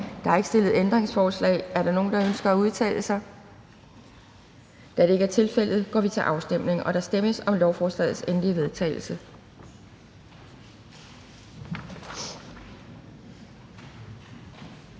Der er ikke stillet ændringsforslag Er der nogen, der ønsker at udtale sig? Da det ikke er tilfældet, går vi til afstemning. Kl. 11:30 Afstemning Anden